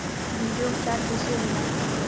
बीजो उपचार कईसे होला?